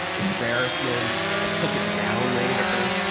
embarrassment. i took it down later.